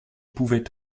pouvaient